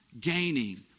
gaining